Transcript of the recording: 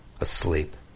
asleep